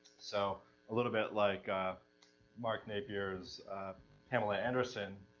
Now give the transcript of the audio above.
so a little bit like mark napier's pamela anderson.